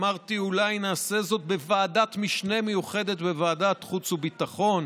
אמרתי שאולי נעשה זאת בוועדת משנה מיוחדת בוועדת חוץ וביטחון,